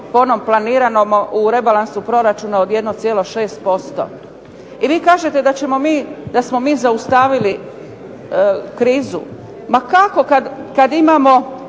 po onom planiranom u rebalansu proračuna od 1,6%. I vi kažete da ćemo mi, da smo mi zaustavili krizu. Ma kako, kad imamo